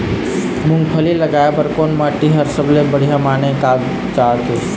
मूंगफली लगाय बर कोन माटी हर सबले बढ़िया माने कागजात हे?